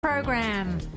Program